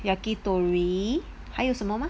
yakitori 还有什么吗